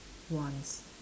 wants